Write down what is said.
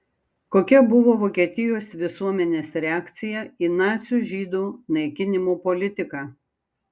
kokia buvo vokietijos visuomenės reakcija į nacių žydų naikinimo politiką